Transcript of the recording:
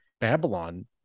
Babylon